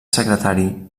secretari